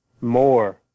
more